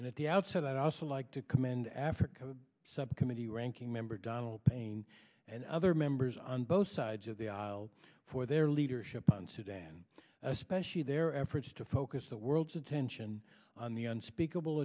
and at the outset i'd also like to commend africa subcommittee ranking member donald payne and other members on both sides of the aisle for their leadership on sudan especially their efforts to focus the world's attention on the unspeakable